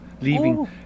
leaving